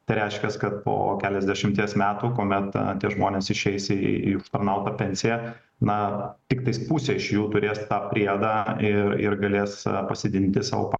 tai reiškias kad po keliasdešimties metų kuomet tie žmonės išeis į į užtarnautą pensiją na tiktai pusė iš jų turės tą priedą ir ir galės pasididinti savo